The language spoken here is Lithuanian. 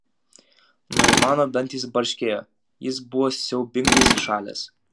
noimano dantys barškėjo jis buvo siaubingai sušalęs